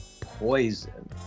Poison